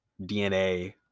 DNA